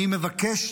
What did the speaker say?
אני מבקש,